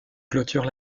clôture